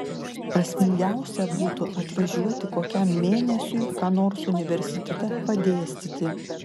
prasmingiausia būtų atvažiuoti kokiam mėnesiui ką nors universitete padėstyti